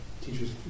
teachers